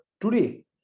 today